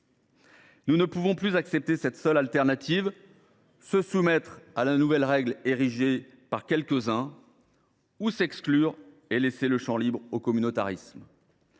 Nous ne pouvons plus accepter cette seule alternative : se soumettre à la nouvelle règle érigée par quelques uns ou s’exclure et laisser le champ libre au communautarisme.